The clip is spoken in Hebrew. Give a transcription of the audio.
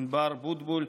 ענבר בוטבול,